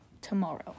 tomorrow